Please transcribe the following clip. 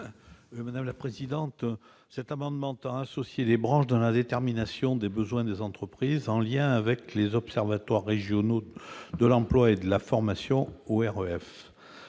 Daniel Chasseing. Cet amendement tend à associer les branches dans la détermination des besoins des entreprises, en lien avec les observatoires régionaux de l'emploi et de la formation, les OREF.